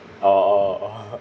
oo